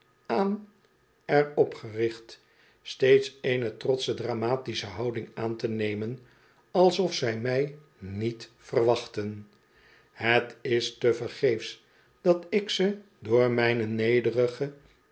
aan er op gericht steeds eene trotsche dramatische houding aan te nemen alsof zij mij niet verwachtten het is tevergeefs dat ik ze door mijne nederige